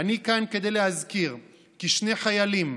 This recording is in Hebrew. אני כאן כדי להזכיר כי שני חיילים,